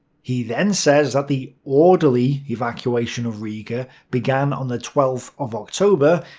he then says that the orderly evacuation of riga began on the twelfth of october,